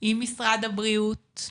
עם משרד הבריאות,